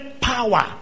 power